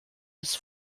his